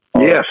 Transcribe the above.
Yes